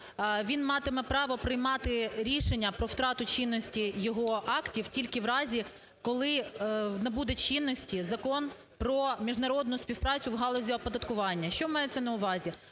він матиме право приймати рішення про втрату чинності його актів тільки в разі, коли набуде чинності Закон про міжнародну співпрацю у галузі оподаткування. Що мається на увазі?